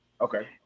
okay